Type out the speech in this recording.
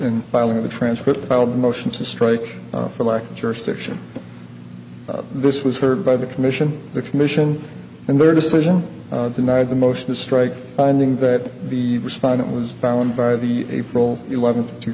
and filing of the transcript filed the motion to strike for lack of jurisdiction this was heard by the commission the commission and their decision denied the motion to strike finding that the respondent was bound by the april eleventh two